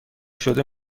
شده